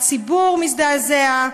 הציבור מזדעזע,